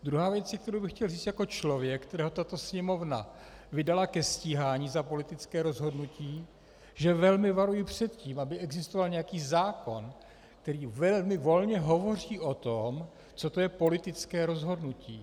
Druhá věc, kterou bych chtěl říct jako člověk, kterého tato Sněmovna vydala ke stíhání za politické rozhodnutí, že velmi varuji před tím, aby existoval nějaký zákon, který velmi volně hovoří o tom, co to je politické rozhodnutí.